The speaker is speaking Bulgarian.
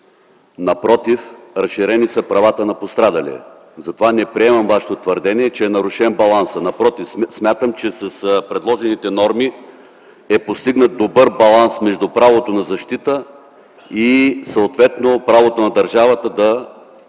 Напротив, разширени са правата на пострадалия. Затова не приемам вашето твърдение, че е нарушен балансът. Напротив, смятам, че с предложените норми е постигнат добър баланс между правото на защита и съответно правото на държавата да